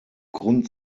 grund